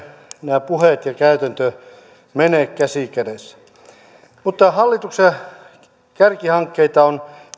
nämä puheet ja käytäntö eivät mene käsi kädessä mutta hallituksen kärkihankkeita on